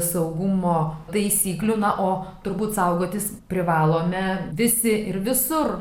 saugumo taisyklių na o turbūt saugotis privalome visi ir visur